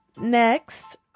next